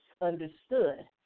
understood